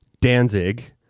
Danzig